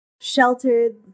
sheltered